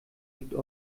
liegt